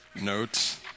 notes